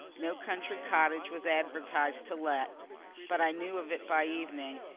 no country cottage was advertised to let but i knew of it by evening,